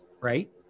right